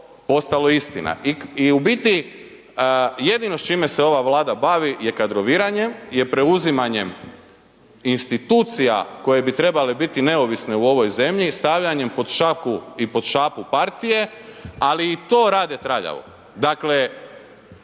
ostalo istina. I u biti jedino s čime se ova Vlada bavi je kadroviranje, je preuzimanjem institucija koje bi trebale biti neovisne u ovoj zemlji, stavljanjem pod šaku i pod šapu partije ali i to rade traljavo. Dakle